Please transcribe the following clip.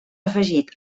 afegit